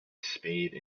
spade